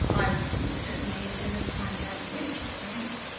i will certainly endeavour to find out where she stands.